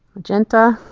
magenta,